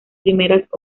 primeras